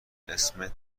اسمت